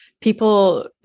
people